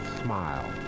smile